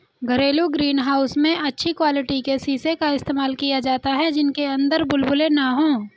घरेलू greenhouse में अच्छी क्वालिटी के शीशे का इस्तेमाल किया जाता है जिनके अंदर बुलबुले ना हो